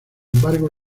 embargo